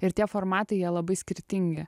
ir tie formatai jie labai skirtingi